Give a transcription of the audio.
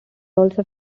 also